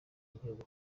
igihugu